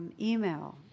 email